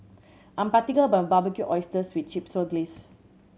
I am particular about my Barbecued Oysters with Chipotle Glaze